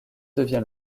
devient